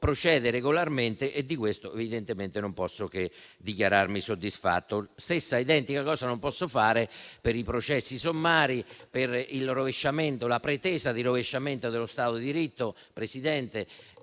procede regolarmente e di questo, evidentemente, non posso che dichiararmi soddisfatto. La stessa identica cosa non posso fare per i processi sommari, per la pretesa di rovesciamento dello Stato di diritto, signor